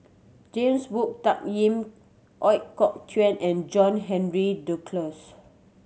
James Wong Tuck Yim Ooi Kok Chuen and John Henry Duclos